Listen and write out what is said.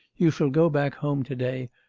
you shall go back home to-day,